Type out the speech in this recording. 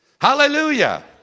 Hallelujah